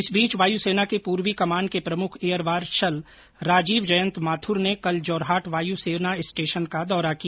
इस बीच वायु सेना के पूर्वी कमान के प्रमुख एयर मार्शल राजीव जयंत माथुर ने कल जोरहाट वायू सेना स्टेशन का दौरा किया